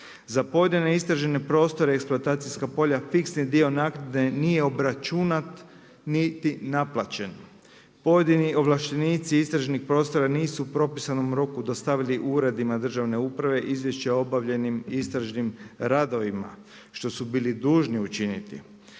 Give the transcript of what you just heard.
Za pojedine istražene prostore, eksploatacijska polja, fiksni dio naknade nije obračunat, niti naplaćen. Pojedini ovlaštenici istražnih prostora nisu u propisanom roku dostavili u uredima državne uprave izvješća obavljenim istražnim radovima, što su bili dužni učiniti.